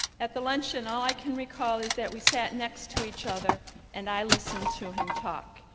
at the luncheon all i can recall is that we sat next to each other and i listened to him talk.